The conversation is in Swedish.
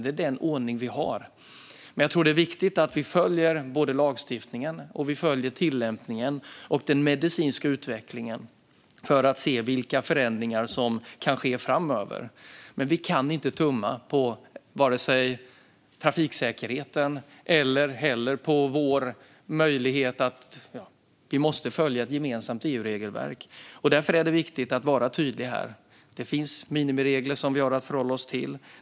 Det är den ordning vi har. Jag tror att det är viktigt att vi följer både lagstiftningen, tillämpningen och den medicinska utvecklingen för att se vilka förändringar som kan ske framöver. Vi kan dock inte tumma vare sig på trafiksäkerheten eller på vårt gemensamma EU-regelverk. Det måste vi följa. Därför är det viktigt att vara tydlig: Det finns minimiregler som vi har att förhålla oss till.